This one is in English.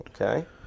okay